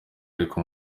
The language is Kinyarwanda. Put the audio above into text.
ariko